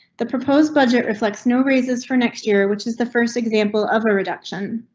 the proposed budget reflects no raises for next year, which is the first example of a reduction.